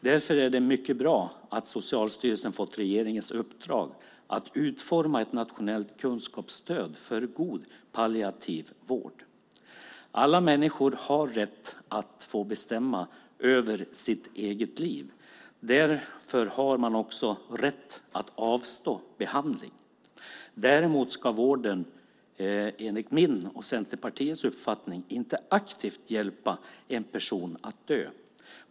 Därför är det mycket bra att Socialstyrelsen fått regeringens uppdrag att utforma ett nationellt kunskapsstöd för god palliativ vård. Alla människor har rätt att få bestämma över sitt eget liv. Därför har man också rätt att avstå behandling. Däremot ska vården, enligt min och Centerpartiets uppfattning, inte aktivt hjälpa en person att dö.